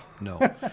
No